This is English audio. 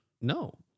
no